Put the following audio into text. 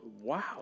wow